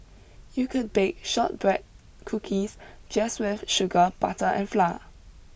you could bake shortbread cookies just with sugar butter and flour